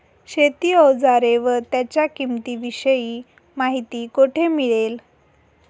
शेती औजारे व त्यांच्या किंमतीविषयी माहिती कोठे मिळेल?